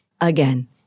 Again